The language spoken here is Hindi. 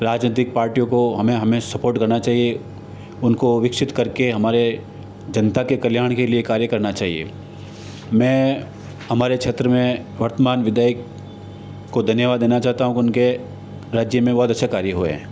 राजनैतिक पार्टी को हमें हमें सपोर्ट करना चाहिए उनको विकसित करके हमारे जनता के कल्याण के लिए कार्य करना चाहिए मैं हमारे क्षेत्र में वर्तमान विधायक को धन्यवाद देना चाहता हूँ उनके राज्य में बहुत अच्छे कार्य हुए है